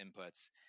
inputs